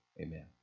Amen